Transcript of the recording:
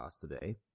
today